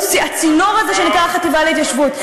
הצינור הזה שנקרא החטיבה להתיישבות,